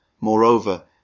Moreover